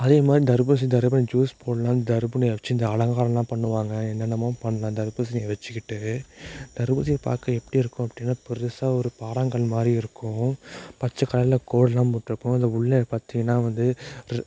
அதே மாரி தர்பூசணி தர்பூசணி ஜூஸ் போடலாம் தர்பூசணி இந்த அலங்காரம்லான் பண்ணுவாங்க என்னென்னமோ பண்ணலாம் தர்பூசணியை வச்சுக்கிட்டு தர்பூசணியை பார்க்க எப்படி இருக்கும் அப்படின்னா பெருசாக ஒரு பாறாங்கல் மாதிரி இருக்கும் பச்சை கலரில் கோடுலாம் போட்டிருக்கும் இதில் உள்ளே பார்த்திங்கன்னா வந்து